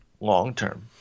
long-term